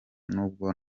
nubwo